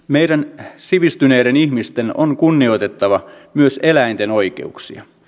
meidän sivistyneiden ihmisten on kunnioitettava myös eläinten oikeuksia